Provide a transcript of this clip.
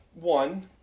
one